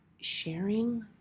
Sharing